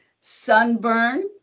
sunburn